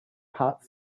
part